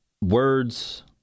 words